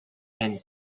and